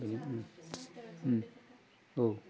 औ